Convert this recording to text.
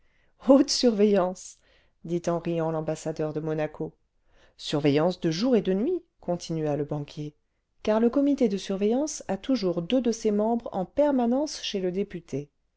surveillance dit en riant l'ambassadeur de monaco danses nouvelles l'a u st r a l i e n n e surveillance de jour et de nuit continua le banquier carie comité de surveillance a toujours deux de ses membres en permanence chez le député